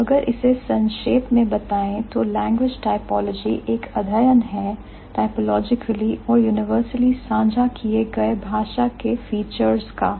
तो अगर इसे संक्षेप में बताएं तो language typology एक अध्ययन है typologically और universally सांझा किए गए भाषा के फीचर्स का